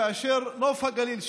כאשר נוף הגליל,